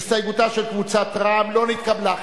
הסתייגותה של קבוצת רע"ם-תע"ל לא נתקבלה.